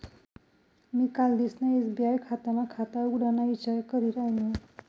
मी कालदिसना एस.बी.आय मा खाता उघडाना ईचार करी रायनू